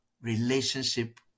relationship